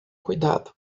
cuidado